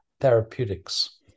Therapeutics